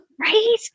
Right